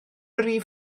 rif